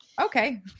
Okay